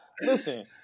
Listen